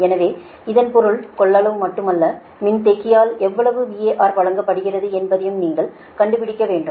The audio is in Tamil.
எனவே இதன் பொருள் கொள்ளளவு மட்டுமல்ல மின்தேக்கியால் எவ்வளவு VAR வழங்கப்படுகிறது என்பதையும் நீங்கள் கண்டுபிடிக்க வேண்டும்